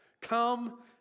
Come